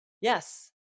Yes